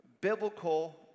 Biblical